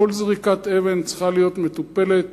כל זריקת אבן צריכה להיות מטופלת